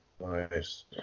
Nice